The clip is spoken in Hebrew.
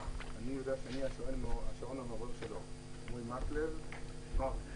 אני יודע שאני השעון המעורר שלו אורי מקלב ומרגי.